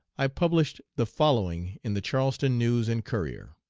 i published the following in the charleston news and courier